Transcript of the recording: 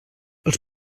els